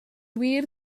wir